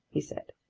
he said.